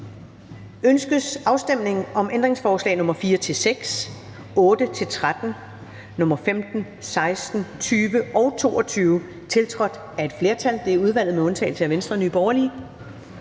Ønskes afstemning om ændringsforslag nr. 4-6, nr. 8-13, nr. 15, 16, 20 og 22, tiltrådt af et flertal (udvalget med undtagelse af V og NB)? De